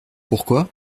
pourquoi